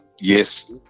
yes